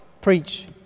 Preach